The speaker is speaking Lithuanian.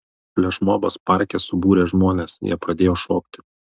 flešmobas parke subūrė žmones jie pradėjo šokti